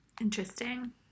Interesting